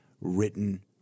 written